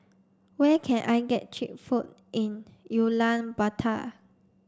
where can I get cheap food in Ulaanbaatar